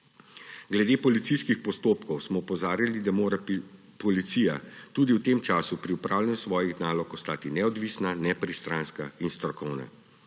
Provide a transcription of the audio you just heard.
Glede policijskih postopkov smo opozarjali, da mora policija tudi v tem času pri opravljanju svojih nalog ostati neodvisna, nepristranska in strokovna.